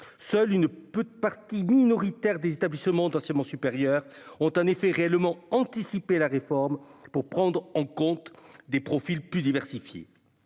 peu de partis minoritaires des établissements d'enseignement supérieur ont en effet réellement anticiper la réforme pour prendre en compte des profils plus diversifiée